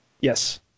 Yes